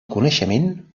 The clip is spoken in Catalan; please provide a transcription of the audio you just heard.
coneixement